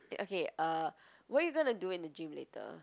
okay uh what are you gonna do in the gym later